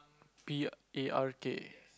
P A R K